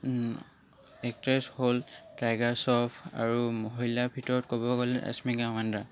actress হ'ল টাইগাৰ শ্ৰ'ফ আৰু মহিলা ভিতৰত ক'ব গ'লে ৰশ্মিকা মন্দানা